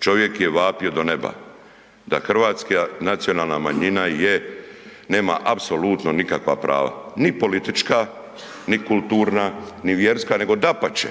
Čovjek je vapio do neba da hrvatska nacionalna manjina nema apsolutno nikakva prava, ni politička, ni kulturna ni vjerska, nego dapače,